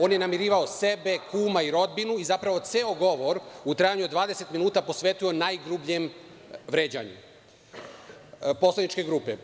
On je namirivao sebe, kuma i rodbinu i zapravo ceo govor u trajanju od 20 minuta je posvetio najgrubljem vređanju poslaničke grupe.